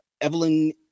Evelyn